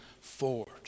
forward